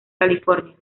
california